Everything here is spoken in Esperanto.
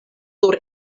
sur